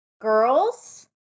girls